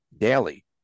daily